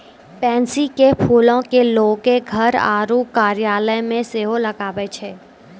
pansy के फूलो के लोगें घर आरु कार्यालय मे सेहो लगाबै छै